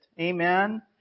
Amen